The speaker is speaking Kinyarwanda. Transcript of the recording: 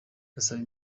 ndasaba